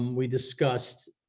we discussed.